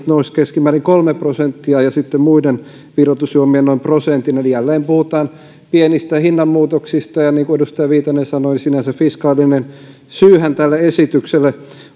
nousisivat keskimäärin kolme prosenttia ja muiden virvoitusjuomien noin prosentin eli jälleen puhutaan pienistä hinnanmuutoksista ja niin kuin edustaja viitanen sanoi sinänsä fiskaalinen syyhän tälle esitykselle